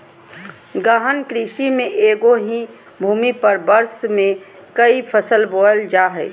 गहन कृषि में एगो ही भूमि पर वर्ष में क़ई फसल बोयल जा हइ